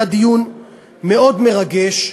היה דיון מאוד מרגש,